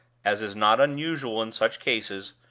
as is not unusual in such cases,